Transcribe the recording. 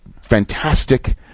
fantastic